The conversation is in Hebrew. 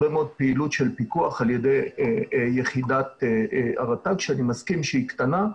פעילות של פיקוח על ידי יחידת הרט"ג שאני מסכים שהיא קטנה,